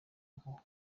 mpuhwe